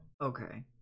Okay